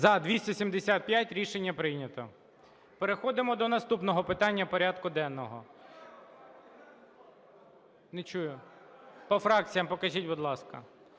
За – 275 Рішення прийнято. Переходимо до наступного питання порядку денного. Не чую. По фракціях покажіть, будь ласка: